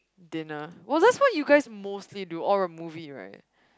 dinner was that what you guys mostly do or a movie right